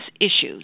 issues